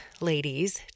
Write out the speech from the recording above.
ladies